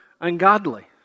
ungodly